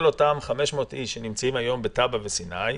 אותם 500 אנשים שנמצאים היום בטאבה וסיני,